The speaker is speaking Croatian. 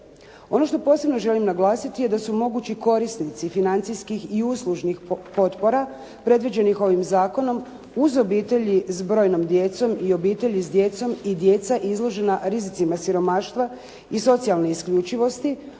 Ono što posebno želim naglasiti je da su mogući korisnici financijskih i uslužnih potpora predviđenih ovim zakonom, uz obitelji s brojnom djecom i obitelji s djecom i djeca izložena rizicima siromaštva i socijalne isključivosti,